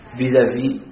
vis-à-vis